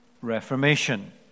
Reformation